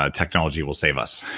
ah technology will save us.